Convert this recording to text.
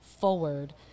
forward